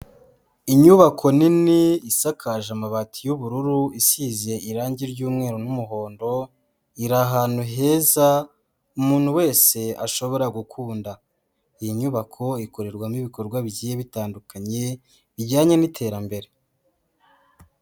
Inyubako nini isakaje amabati y'ubururu isize irange ry'umweru n'umuhondo, iri ahantu heza umuntu wese ashobora gukunda, iyi nyubako ikorerwamo ibikorwa bigiye bitandukanye bijyanye n'iterambere.